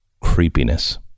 Creepiness